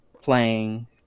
playing